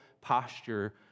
posture